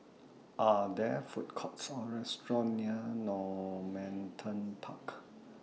Are There Food Courts Or restaurants near Normanton Park